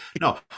No